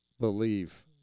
believe